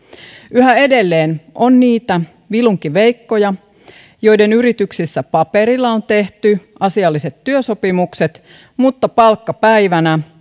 yhä edelleen on niitä vilunkiveikkoja joiden yrityksissä paperilla on tehty asialliset työsopimukset mutta palkkapäivänä